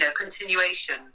continuation